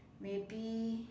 maybe